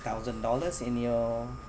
thousand dollars in your